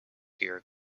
here